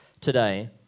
today